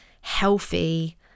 healthy